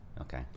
Okay